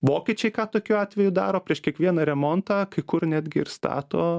vokiečiai ką tokiu atveju daro prieš kiekvieną remontą kai kur netgi ir stato